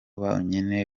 bonyine